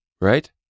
Right